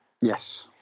Yes